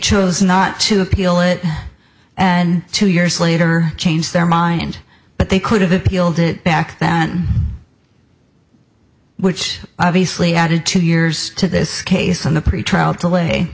chose not to appeal it and two years later changed their mind but they could have appealed it back then which obviously added two years to this case and the pretrial delay